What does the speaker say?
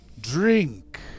drink